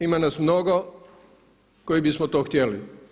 Ima nas mnogo koji bismo to htjeli.